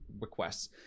requests